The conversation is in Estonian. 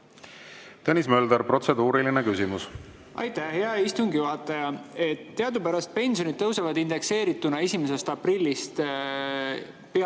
Tõnis Mölder, protseduuriline küsimus. Aitäh! Hea istungi juhataja! Teadupärast pensionid tõusevad indekseerituna 1. aprillist peaaegu